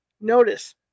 notice